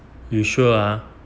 you sure ah